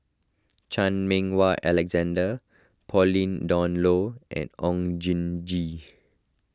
Chan Meng Wah Alexander Pauline Dawn Loh and Oon Jin Gee